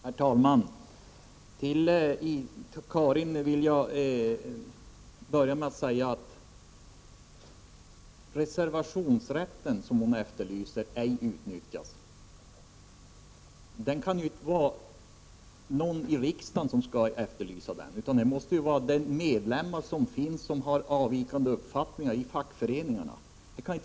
Herr talman! Karin Falkmer påstod att reservationsrätten ej utnyttjas. Men reservationsrätten är inte något som riksdagen skall efterlysa. Det måste vara de medlemmar i fackföreningarna som har avvikande uppfattningar som skall göra det.